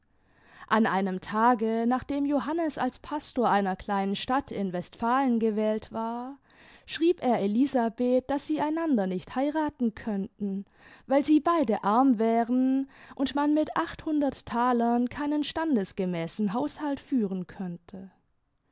an einem tage nachdem johannes als pastor einer kleinen stadt in westfalen gewählt war schrieb er elisabeth daß sie einander nicht heiraten könnten weil sie beide arm wären und man mit achthundert talern keinen standesgemäßen haushalt führen könnte